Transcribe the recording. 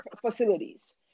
facilities